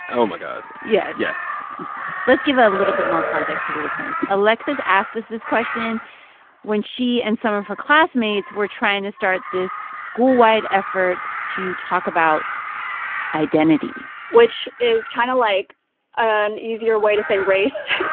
oh, my god yes yes let's give a little bit more context to the listeners. alexis asked us this question when she and some of her classmates were trying to start this schoolwide effort to talk about identity which is kind of like an easier way to say race,